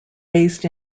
based